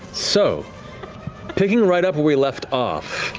so picking right up where we left off,